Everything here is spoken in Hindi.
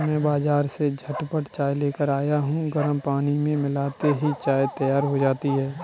मैं बाजार से झटपट चाय लेकर आया हूं गर्म पानी में मिलाते ही चाय तैयार हो जाती है